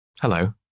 Hello